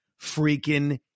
freaking